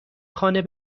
خانه